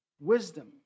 wisdom